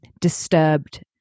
disturbed